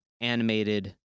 animated